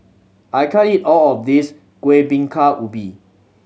I can't eat all of this Kuih Bingka Ubi